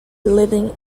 living